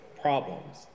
problems